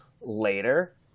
later